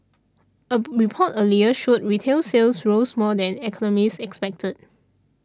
a report earlier showed retail sales rose more than economists expected